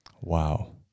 Wow